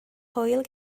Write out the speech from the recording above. hwyl